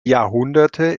jahrhunderte